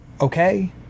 okay